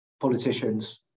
politicians